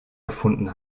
gefunden